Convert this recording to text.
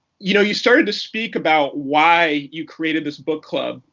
you know, you started to speak about why you created this book club.